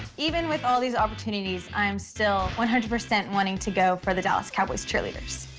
even with all these opportunities, i am still one hundred percent wanting to go for the dallas cowboys cheerleaders.